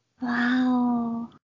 Wow